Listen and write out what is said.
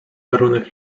warunek